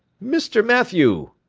mr. mathew,